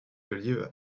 d’olive